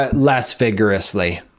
ah less vigorously.